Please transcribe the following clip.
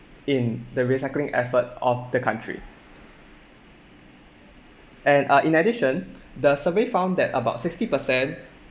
in the recycling effort of the country and err in addition the survey found that about sixty percent